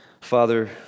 Father